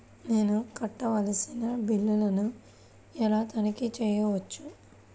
నేను కట్టవలసిన బిల్లులను ఎలా తనిఖీ చెయ్యవచ్చు?